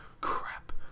crap